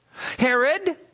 Herod